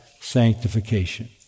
sanctification